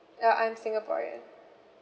uh I'm singaporean